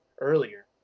earlier